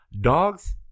Dogs